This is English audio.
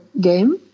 game